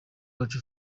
wacu